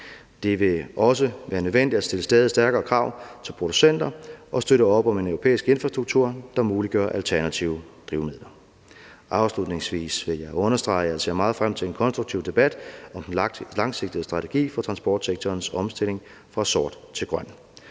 Det vil også være nødvendigt at stille stadigt stærkere krav til producenter om at støtte op om en europæisk infrastruktur, der muliggør alternative drivmidler. Afslutningsvis vil jeg understrege, at jeg ser meget frem til en konstruktiv debat om den langsigtede strategi for transportsektorens omstilling fra sort til grøn